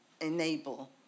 enable